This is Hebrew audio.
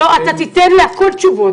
אתה תיתן תשובות לכול.